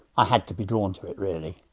i had to be drawn to it really.